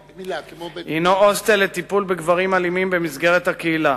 זה הוסטל לטיפול בגברים אלימים במסגרת הקהילה.